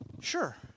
Sure